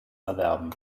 erwerben